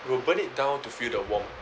will burn it down to feel the warm